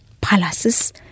Palaces